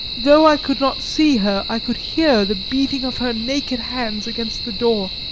though i could not see her, i could hear the beating of her naked hands against the door.